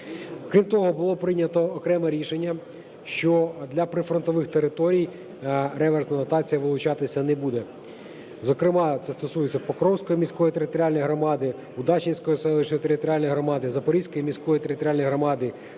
Крім того, було прийнято окреме рішення, що для прифронтових територій реверсна дотація вилучатися не буде, зокрема це стосується Покровської міської територіальної громади, Удачненської селищної територіальної громади, Запорізької міської територіальної громади,